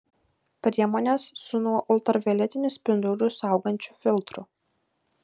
priemonės su nuo ultravioletinių spindulių saugančiu filtru